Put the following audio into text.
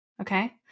okay